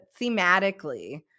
thematically